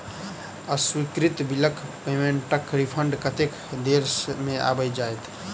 अस्वीकृत बिलक पेमेन्टक रिफन्ड कतेक देर मे आबि जाइत?